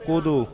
कूदू